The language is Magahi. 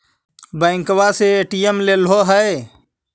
बैंकवा से ए.टी.एम लेलहो है?